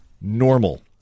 normal